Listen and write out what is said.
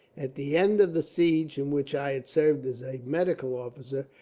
at the end of the siege, in which i had served as a medical officer,